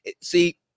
See